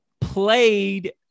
played